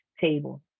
table